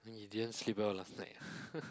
and you didn't sleep well last night